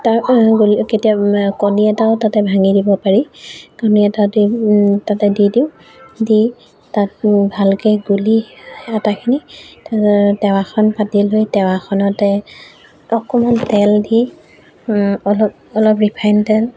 তা গ কেতিয়া কণী এটাও তাতে ভাঙি দিব পাৰি কণী এটা দি তাতে দি দিওঁ দি তাত ভালকৈ গুলি আটাখিনি টাৱাখন পাতি লৈ টাৱাখনতে অকণমান তেল দি অলপ অলপ ৰিফাইন তেল